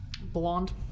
Blonde